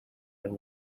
and